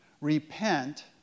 Repent